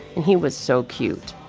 and he was so cute.